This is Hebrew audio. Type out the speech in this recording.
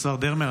השר דרמר,